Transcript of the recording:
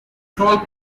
troll